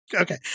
Okay